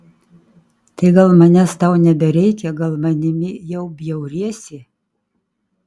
tai gal manęs tau nebereikia gal manimi jau bjauriesi